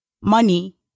money